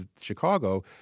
Chicago